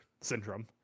syndrome